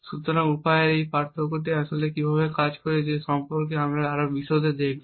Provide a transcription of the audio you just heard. সুতরাং উপায়ের এই পার্থক্যটি আসলে কীভাবে কাজ করে সে সম্পর্কে আমরা আরও বিশদে দেখব